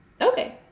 Okay